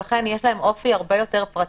ולכן יש להם אופי הרבה יותר פרטי.